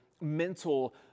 mental